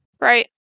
right